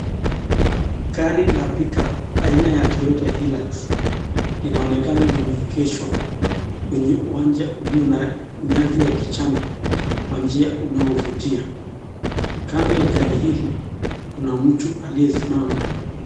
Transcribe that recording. Gari la (pick up)aina ya (Toyota Hilux)inaonekana limeegeshwa kwenye uwanja ulio na nyasi ya kijani kwa njia unaovutia. Kando ya gari hili kuna mtu alie simama.